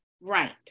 right